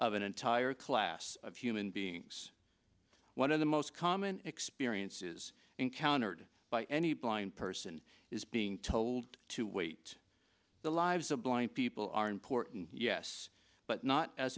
of an entire class of human beings one of the most common experiences encountered by any blind person is being told to wait the lives of blind people are important yes but not as